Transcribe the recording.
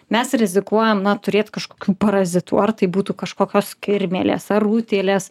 mes rizikuojam na turėt kažkokių parazitų ar tai būtų kažkokios kirmėlės ar utėlės